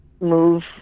move